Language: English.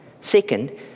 Second